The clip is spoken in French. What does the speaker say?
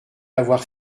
avoir